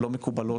לא מקובלות.